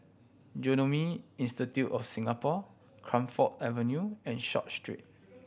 Genome Institute of Singapore Camphor Avenue and Short Street